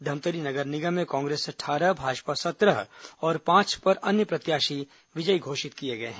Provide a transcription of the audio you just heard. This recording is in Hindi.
धमतरी नगर निगम में कांग्रेस अट्ठारह भाजपा सत्रह और पांच पर अन्य प्रत्याशी विजयी घोषित हुए हैं